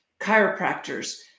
chiropractors